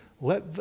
let